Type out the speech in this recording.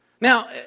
Now